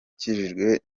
ukijijwe